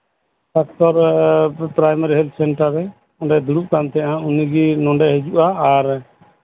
primary ᱥᱟᱛᱛᱳᱨ ᱨᱮᱭ ᱫᱩᱲᱩᱵ ᱠᱟᱱ ᱛᱟᱸᱦᱮᱫ ᱩᱱᱤ ᱚᱸᱰᱮᱭ ᱦᱤᱡᱩᱜᱼᱟ ᱟᱨ